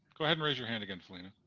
go ahead raise your hand again, felina.